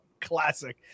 Classic